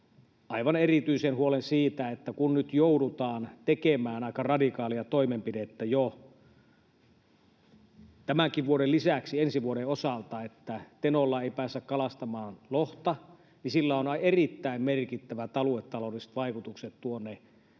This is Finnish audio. aivan erityisen huolen siitä, että kun nyt joudutaan tekemään aika radikaalia toimenpidettä tämän vuoden lisäksi jo ensi vuodenkin osalta, että Tenolla ei pääse kalastamaan lohta, niin sillä on erittäin merkittävät aluetaloudelliset vaikutukset tuonne